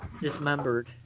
Dismembered